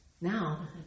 now